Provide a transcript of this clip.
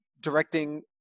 directing